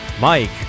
mike